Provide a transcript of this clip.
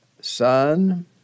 son